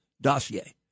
dossier